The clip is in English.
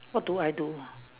what do I do